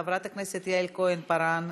חברת הכנסת יעל כהן-פארן,